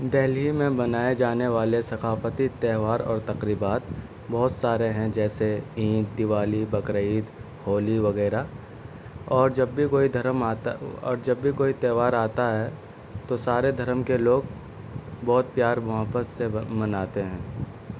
دہلی میں بنائے جانے والے ثقافتی تہوار اور تقریبات بہت سارے ہیں جیسے عید دیوالی بقرعید ہولی وغیرہ اور جب بھی کوئی دھرم آتا اور جب بھی کوئی تہوار آتا ہے تو سارے دھرم کے لوگ بہت پیار محبت سے منانے ہیں